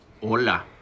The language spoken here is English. Hola